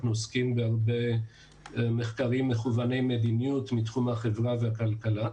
אנחנו עוסקים בהרבה מחקרים מכווני מדיניות מתחום החברה והכלכלה.